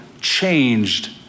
changed